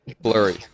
Blurry